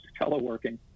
teleworking